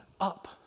up